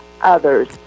others